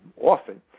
often